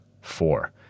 four